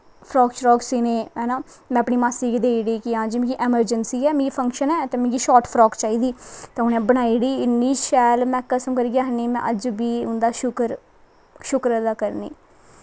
frock शराक सीने है नां में अपनी मासी गी देई ओड़ी कि हां जी मिगी अमरजैंसी ऐ मिगी फंक्शन ऐ ते मिगी फ्राक शाट चाहिदी में बनाई ओड़ी इ'न्नी शैल में आक्खा नी इ'न्नी शैल में अज्ज बी उं'दा शुकर अदा करनी